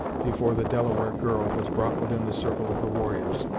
before the delaware girl was brought within the circle of the warriors,